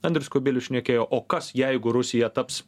andrius kubilius šnekėjo o kas jeigu rusija taps